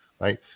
right